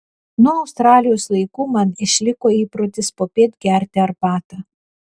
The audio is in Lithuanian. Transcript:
nuo australijos laikų man išliko įprotis popiet gerti arbatą